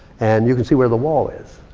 and you can see where the wall is.